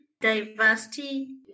diversity